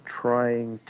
trying